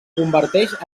converteix